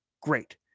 great